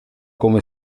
come